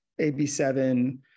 AB7